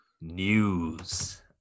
news